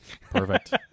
perfect